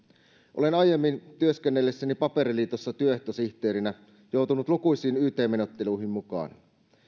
olen aiemmin työskennellessäni paperiliitossa työehtosihteerinä joutunut lukuisiin yt menettelyihin mukaan